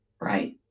Right